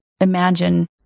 Imagine